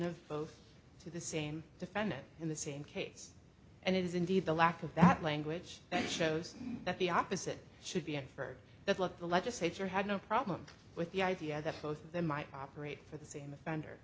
to the same defendant in the same case and it is indeed the lack of that language that shows that the opposite should be inferred that look the legislature had no problem with the idea that both of them might operate for the same offender